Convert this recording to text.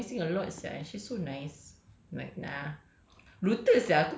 I feel like allison is compromising a lot sia she's so nice like nah